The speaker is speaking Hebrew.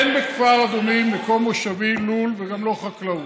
אין בכפר אדומים, מקום מושבי, לול, וגם לא חקלאות,